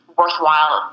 worthwhile